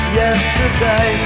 yesterday